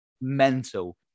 Mental